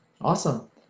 Awesome